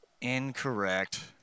Incorrect